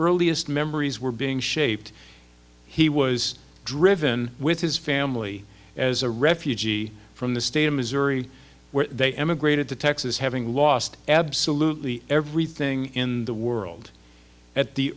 earliest memories were being shaped he was driven with his family as a refugee from the state of missouri where they emigrated to texas having lost absolutely everything in the world at the